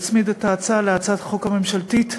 חברי ואדוני היושב-ראש, חברי חברי הכנסת,